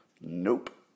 Nope